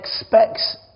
expects